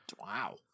wow